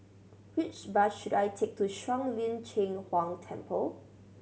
which bus should I take to Shuang Lin Cheng Huang Temple